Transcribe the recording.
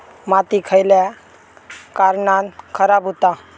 माती खयल्या कारणान खराब हुता?